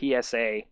psa